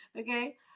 okay